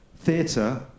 Theatre